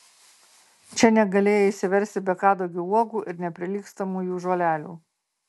čia negalėjai išsiversti be kadugio uogų ir neprilygstamųjų žolelių